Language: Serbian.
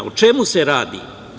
O čemu se radi?